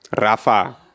Rafa